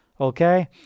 okay